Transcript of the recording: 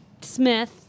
Smith